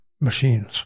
machines